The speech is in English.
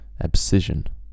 abscission